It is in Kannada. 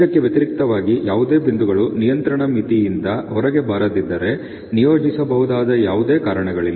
ಇದಕ್ಕೆ ವ್ಯತಿರಿಕ್ತವಾಗಿ ಯಾವುದೇ ಬಿಂದುಗಳು ನಿಯಂತ್ರಣ ಮಿತಿಯಿಂದ ಹೊರಗೆ ಬರದಿದ್ದರೆ ನಿಯೋಜಿಸಬಹುದಾದ ಯಾವುದೇ ಕಾರಣಗಳಿಲ್ಲ